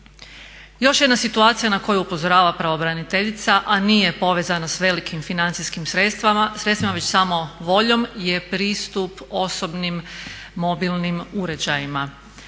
Još jedna situacija na koju upozorava pravobraniteljica, a nije povezano s velikim financijskim sredstvima već samo voljom je pristup osobnim mobilnim uređajima.